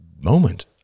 moment